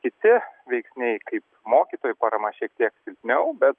kiti veiksniai kaip mokytojų parama šiek tiek silpniau bet